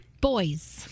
boys